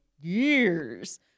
years